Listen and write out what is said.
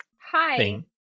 hi